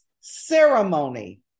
ceremony